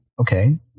okay